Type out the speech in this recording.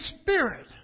Spirit